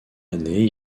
année